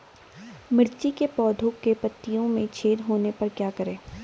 मिर्ची के पौधों के पत्तियों में छेद होने पर क्या करें?